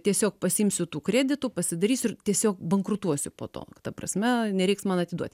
tiesiog pasiimsiu tų kreditų pasidarysiu ir tiesiog bankrutuosiu po to ta prasme nereiks man atiduot